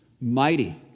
mighty